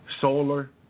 solar